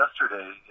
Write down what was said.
yesterday